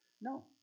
No